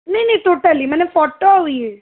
ନାହିଁ ନାହିଁ ଟୋଟାଲି ମାନେ ଫଟୋ ଆଉ ଇଏ